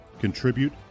Contribute